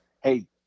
hey